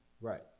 Right